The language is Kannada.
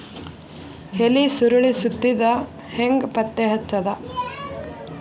ಎಲಿ ಸುರಳಿ ಸುತ್ತಿದ್ ಹೆಂಗ್ ಪತ್ತೆ ಹಚ್ಚದ?